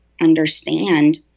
understand